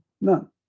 none